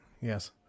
yes